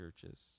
churches